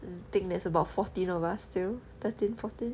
I think there's about fourteen of us still thirteen fourteen